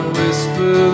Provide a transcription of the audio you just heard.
whisper